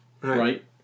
Right